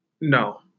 No